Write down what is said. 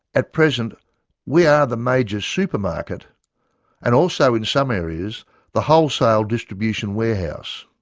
at present we are the major supermarket and also in some areas the whole sale distribution warehouse.